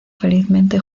felizmente